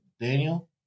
Daniel